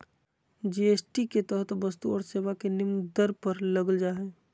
GST के तहत वस्तु और सेवा के निम्न दर पर लगल जा हइ